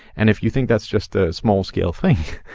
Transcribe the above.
and if you think that's just a small-scale thing,